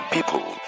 people